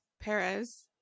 Perez